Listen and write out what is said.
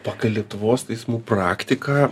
pagal lietuvos teismų praktiką